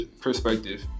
perspective